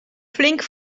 flink